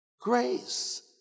Grace